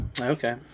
Okay